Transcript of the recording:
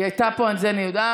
היא הייתה פה, את זה אני יודעת.